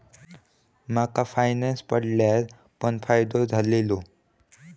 माका फायनांस पडल्यार पण फायदो झालेलो